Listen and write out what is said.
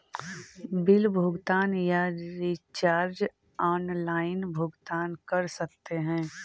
Bill भुगतान या recharge online भुगतान कर सकते हैं?